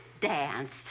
dance